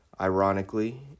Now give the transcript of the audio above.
ironically